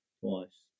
twice